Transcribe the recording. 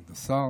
כבוד השר,